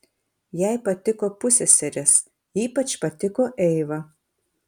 jai patiko pusseserės ypač patiko eiva